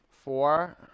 Four